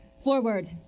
Forward